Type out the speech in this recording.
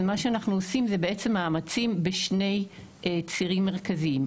מה שאנחנו עושים זה מאמצים בשני צירים מרכזיים.